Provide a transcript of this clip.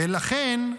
ולכן,